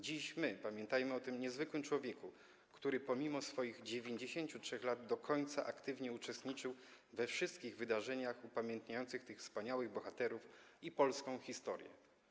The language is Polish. Dziś my pamiętajmy o tym niezwykłym człowieku, który pomimo swoich 93 lat do końca aktywnie uczestniczył we wszystkich wydarzeniach upamiętniających tych wspaniałych bohaterów i polską historię.